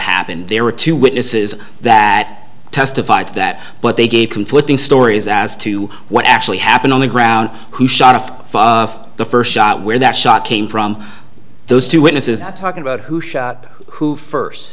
happened there were two witnesses that testified to that but they gave conflicting stories as to what actually happened on the ground who shot off the first shot where that shot came from those two witnesses that talking about who shot who first